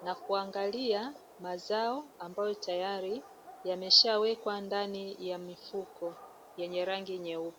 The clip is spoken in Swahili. na kuangalia mazao, ambayo tayari yameshawekwa ndani ya mifuko yenye rangi nyeupe.